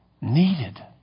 needed